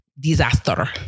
Disaster